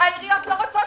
העיריות לא רוצות